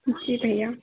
जी भैया